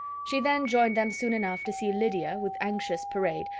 she then joined them soon enough to see lydia, with anxious parade,